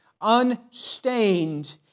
unstained